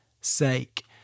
sake